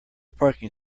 parking